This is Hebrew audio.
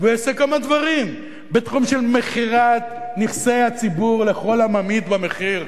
ויעשה כמה דברים בתחום של מכירת נכסי הציבור לכל הממעיט במחיר.